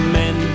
men